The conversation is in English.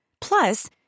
Plus